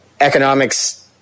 economics